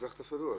איך תפעלו?